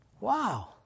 Wow